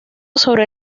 sobre